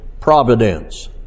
providence